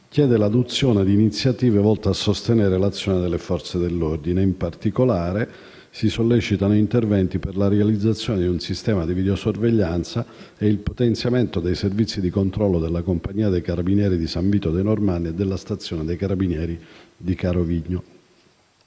chiede l'adozione di iniziative volte a sostenere l'azione delle Forze dell'ordine. In particolare, si sollecitano interventi per la realizzazione di un sistema di videosorveglianza e il potenziamento dei servizi di controllo della compagnia dei carabinieri di San Vito dei Normanni e della stazione dei carabinieri di Carovigno.